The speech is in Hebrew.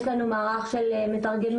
יש לנו מערך של מתרגמים,